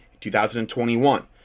2021